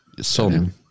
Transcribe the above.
Son